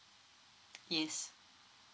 yes